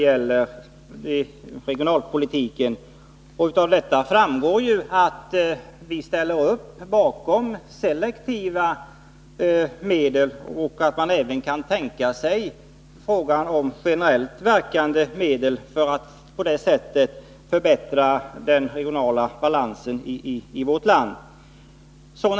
Av betänkandet framgår det ju att vi ställer upp bakom selektiva åtgärder, varvid man även kan tänka sig generellt verkande medel för att på det sättet förbättra den regionala balansen i vårt land.